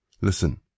Listen